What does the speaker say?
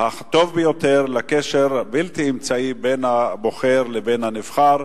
הטוב ביותר לקשר הבלתי-אמצעי בין הבוחר לנבחר,